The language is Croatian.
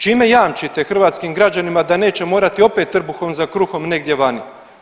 Čime jamčite hrvatskim građanima da neće morati opet trbuhom za kruhom negdje vani?